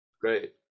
Great